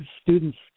students